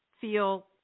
feel